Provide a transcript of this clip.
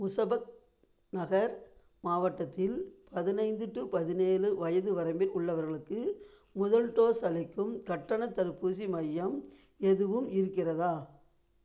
முசபக்நகர் மாவட்டத்தில் பதினைந்து டு பதினேழு வயது வரம்பில் உள்ளவர்களுக்கு முதல் டோஸ் அளிக்கும் கட்டணத் தடுப்பூசி மையம் எதுவும் இருக்கிறதா